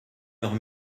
leurs